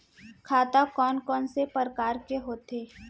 खाता कोन कोन से परकार के होथे?